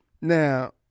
now